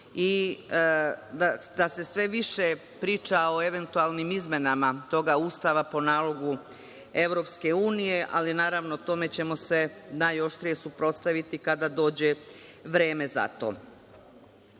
i da se sve više priča o eventualnim izmenama toga Ustava po nalogu EU, ali naravno tome ćemo se najoštrije suprotstaviti kada dođe vreme za to. Vi